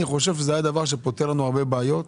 אני חושב שזה היה דבר שפותר לנו הרבה בעיות.